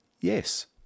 Yes